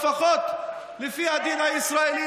לפחות לפי הדין הישראלי,